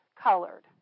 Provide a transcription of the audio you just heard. colored